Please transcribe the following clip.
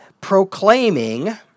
proclaiming